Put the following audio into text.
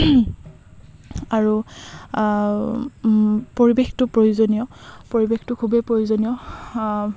আৰু পৰিৱেশটো প্ৰয়োজনীয় পৰিৱেশটো খুবেই প্ৰয়োজনীয়